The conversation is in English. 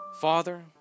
Father